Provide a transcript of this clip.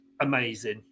amazing